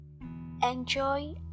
enjoy